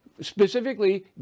Specifically